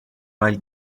while